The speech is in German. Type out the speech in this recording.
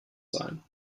sein